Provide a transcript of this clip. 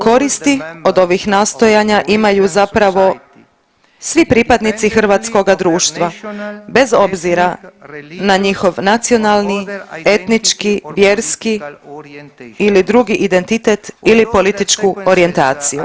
Koristi od ovih nastojanja imaju zapravo svi pripadnici hrvatskoga društva bez obzira na njihov nacionalni, etnički, vjerski ili drugi identitet ili političku orijentaciju.